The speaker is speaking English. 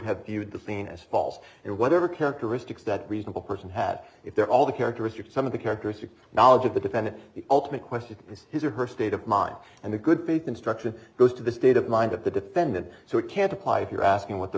had the thing as false and whatever characteristics that reasonable person had if they're all the characteristics some of the characteristics knowledge of the defendant the ultimate question is his or her state of mind and the good faith instruction goes to the state of mind of the defendant so it can't apply if you're asking what the